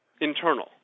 internal